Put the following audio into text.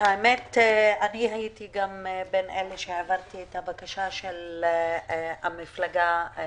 שאני הייתי גם מבין אלה שהעבירו את הבקשה של המפלגה שלי.